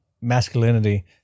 masculinity